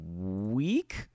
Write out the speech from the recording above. week